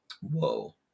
Whoa